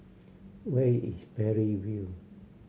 where is Parry View